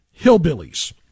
hillbillies